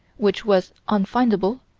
which was unfindable,